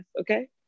okay